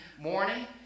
morning